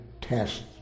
test